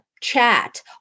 chat